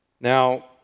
Now